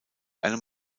einem